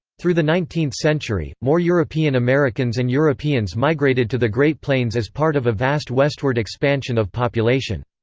through the nineteenth century, more european americans and europeans migrated to the great plains as part of a vast westward expansion of population.